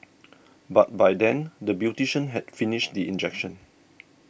but by then the beautician had finished the injection